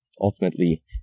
ultimately